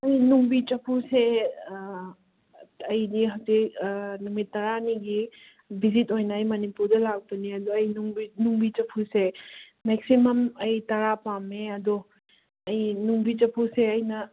ꯑꯩ ꯅꯨꯡꯕꯤ ꯆꯐꯨꯁꯦ ꯑꯩꯗꯤ ꯍꯧꯖꯤꯛ ꯅꯨꯃꯤꯠ ꯇꯔꯥꯅꯤꯒꯤ ꯕꯤꯖꯤꯠ ꯑꯣꯏꯅ ꯑꯩ ꯃꯅꯤꯄꯨꯔꯗ ꯂꯥꯛꯇꯣꯏꯅꯦ ꯑꯗꯨ ꯑꯩ ꯅꯨꯡꯕꯤ ꯅꯨꯡꯕꯤ ꯆꯐꯨꯁꯦ ꯃꯦꯛꯁꯤꯃꯝ ꯑꯩ ꯇꯔꯥ ꯄꯥꯝꯃꯦ ꯑꯗꯣ ꯑꯩ ꯅꯨꯡꯕꯤ ꯆꯐꯨꯁꯦ ꯑꯩꯅ